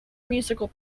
musical